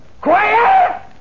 Quiet